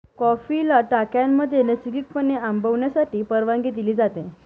कॉफीला टाक्यांमध्ये नैसर्गिकपणे आंबवण्यासाठी परवानगी दिली जाते